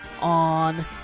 on